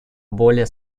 более